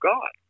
God